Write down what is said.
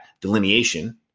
delineation